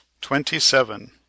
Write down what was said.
Twenty-seven